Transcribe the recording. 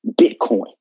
Bitcoin